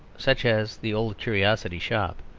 such as the old curiosity shop,